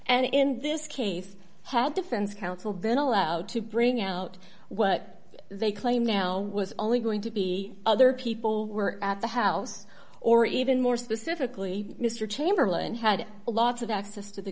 and in this case had defense counsel been allowed to bring out what they claim now was only going to be other people were at the house or even more specifically mr chamberlain had a lot of access to the